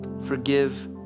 Forgive